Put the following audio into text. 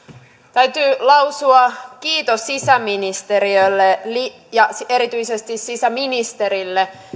täytyy lausua kiitos sisäministeriölle ja erityisesti sisäministerille